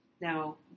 Now